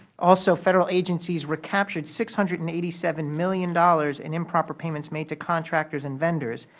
also, federal agencies recaptured six hundred and eighty seven million dollars in improper payments made to contractors and vendors.